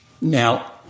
Now